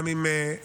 גם אם באיחור.